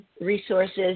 resources